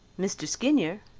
mr. skinyer,